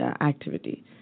activity